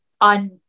on